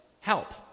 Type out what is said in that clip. help